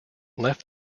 left